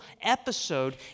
episode